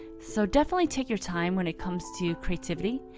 so definitely take your time when it comes to creativity.